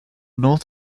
north